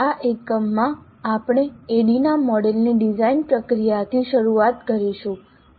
આ એકમમાં આપણે ADDIE મોડેલની ડિઝાઇન પ્રક્રિયાથી શરૂઆત કરીશું